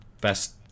best